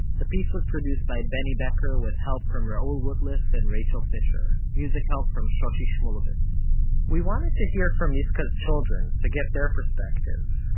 the piece was produced by benny becker with help from raoul wootliff and rachel fischer. music help from shoshi shmuluvitz we wanted to hear from yiscah's children, to get their perspective.